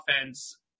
offense